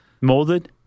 Molded